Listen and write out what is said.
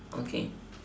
okay